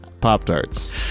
Pop-Tarts